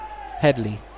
Headley